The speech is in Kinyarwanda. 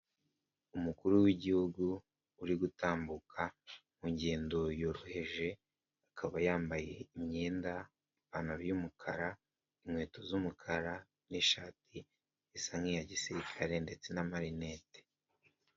Umukuru w'igihugu uri gutambuka mu ngendo yoroheje, akaba yambaye imyenda, ipantaro y'umukara, inkweto z'umukara n'ishati isa nk'iya gisirikare ndetse na marinete.